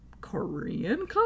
Korean